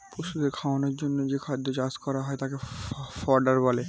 পশুদের খাওয়ানোর জন্যে যেই খাদ্য চাষ করা হয় তাকে ফডার বলে